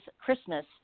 Christmas